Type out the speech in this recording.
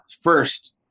First